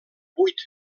vuit